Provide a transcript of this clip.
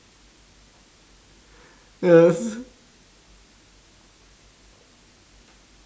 remain young